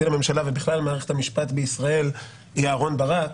לממשלה ובכלל על מערכת המשפט בישראל היא אהרון ברק,